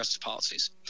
policies